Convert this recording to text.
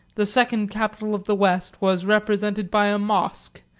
the second capital of the west was represented by a mosque,